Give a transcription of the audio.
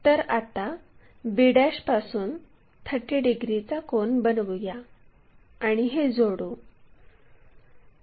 तर आता b पासून 30 डिग्रीचा कोन बनवूया आणि हे जोडू